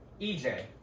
EJ